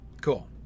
Cool